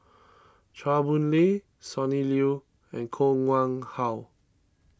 Chua Boon Lay Sonny Liew and Koh Nguang How